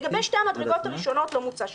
לגבי שתי המדרגות הראשונות לא מוצע שינוי.